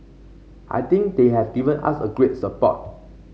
I think they have given us a great support